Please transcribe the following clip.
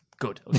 good